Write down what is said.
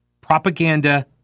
propaganda